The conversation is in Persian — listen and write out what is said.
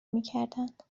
میکردند